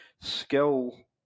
skill